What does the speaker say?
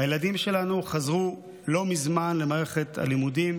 הילדים שלנו חזרו לא מזמן למערכת הלימודים,